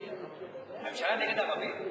הממשלה נגד ערבים?